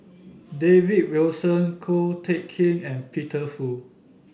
David Wilson Ko Teck Kin and Peter Fu